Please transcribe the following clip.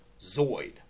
Zoid